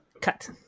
Cut